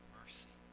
mercy